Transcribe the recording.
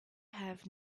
have